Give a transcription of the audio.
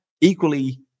equally